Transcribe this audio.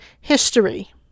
history